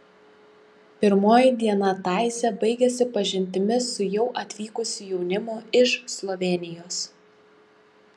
pirmoji diena taizė baigėsi pažintimi su jau atvykusiu jaunimu iš slovėnijos